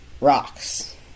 rocks